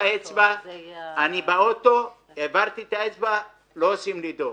האצבע ואני באוטו לא כותבים לי דוח.